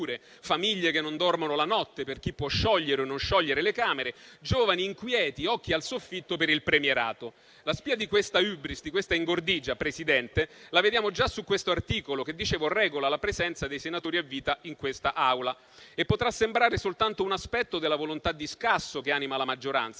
famiglie che non dormono la notte per chi può sciogliere o non sciogliere le Camere, giovani inquieti, occhi al soffitto per il premierato. La spia di questa *hybris*, di questa ingordigia, Presidente, la vediamo già su questo articolo che - dicevo - regola la presenza dei senatori a vita in quest'Aula e potrà sembrare soltanto un aspetto della volontà di scasso che anima la maggioranza,